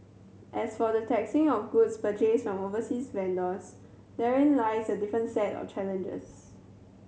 as for the taxing of goods purchased on overseas vendors therein lies a different set of challenges